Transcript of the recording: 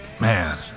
Man